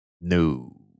No